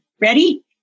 Ready